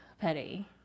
petty